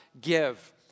give